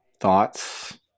thoughts